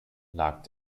lag